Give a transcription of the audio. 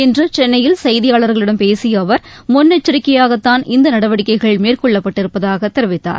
இன்று சென்னையில் செய்தியாளர்களிடம் பேசிய அவர் முன்னெச்சரிக்கையாகத்தான் இந்த நடவடிக்கைகள் மேற்கொள்ளப்பட்டிருப்பதாக தெரிவித்தார்